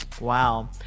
wow